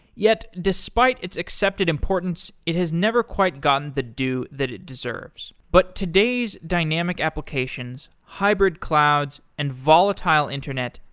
yet, despite its accepted importance, it has never quite gotten the due that it deserves. but today's dynamic applications, hybrid clouds and volatile internet,